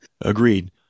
Agreed